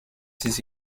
ses